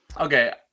okay